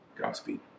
Godspeed